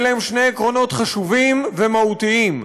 אלה שני עקרונות חשובים ומהותיים.